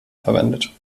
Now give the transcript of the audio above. verwendet